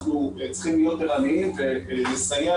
אנחנו צריכים להיות ערניים ולסייע